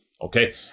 okay